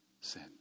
sin